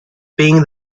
being